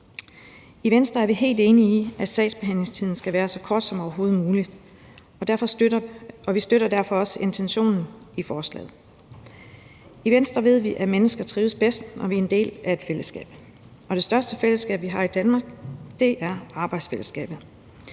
I Venstre er vi helt enige i, at sagsbehandlingstiden skal være så kort som overhovedet muligt, og derfor støtter vi også intentionen i forslaget. I Venstre ved vi, at mennesker trives bedst, når de er en del af et fællesskab, og det største fællesskab, vi har i Danmark, er arbejdsfællesskabet.